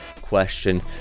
question